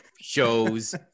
shows